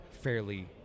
fairly